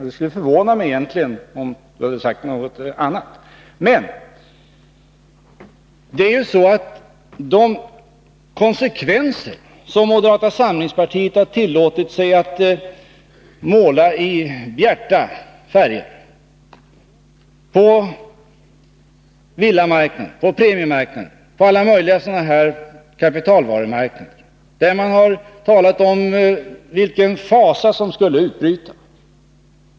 Det skulle ha förvånat mig egentligen om han hade sagt något annat. Moderata samlingspartiet har tillåtit sig att i bjärta färger måla konsekvenserna på villamarknaden, på premiemarknaden och på alla möjliga kapitalvarumarknader, och man har talat om vilken fasa som skulle ha utbrutit.